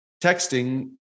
texting